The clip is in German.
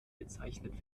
bezeichnet